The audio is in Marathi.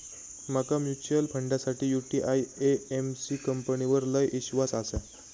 माका म्यूचुअल फंडासाठी यूटीआई एएमसी कंपनीवर लय ईश्वास आसा